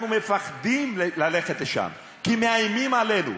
אנחנו מפחדות ללכת לשם כי מאיימים עלינו.